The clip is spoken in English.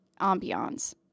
ambiance